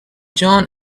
john